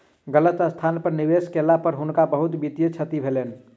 गलत स्थान पर निवेश केला पर हुनका बहुत वित्तीय क्षति भेलैन